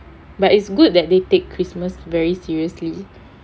but it's good that they take christmas very seriously